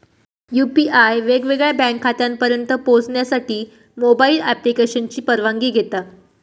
UPI वेगवेगळ्या bank खात्यांपर्यंत पोहचण्यासाठी मोबाईल ॲप्लिकेशनची परवानगी घेता